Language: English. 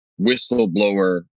whistleblower